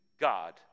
God